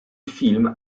film